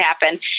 happen